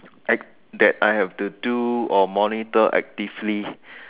that I have to do or monitor actively